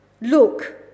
Look